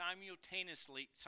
simultaneously